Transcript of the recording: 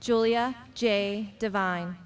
julia jay divine